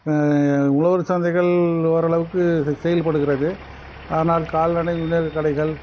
உழவர் சந்தைகள் ஓரளவுக்கு செ செயல்படுகிறது ஆனால் கால்நடை கடைகள்